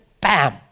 bam